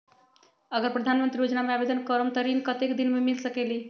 अगर प्रधानमंत्री योजना में आवेदन करम त ऋण कतेक दिन मे मिल सकेली?